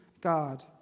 God